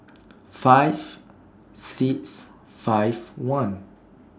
five six five one